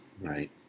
Right